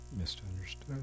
misunderstood